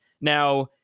Now